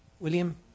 William